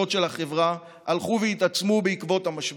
של החברה הלכו והתעצמו בעקבות המשבר.